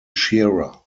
shearer